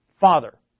Father